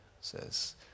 says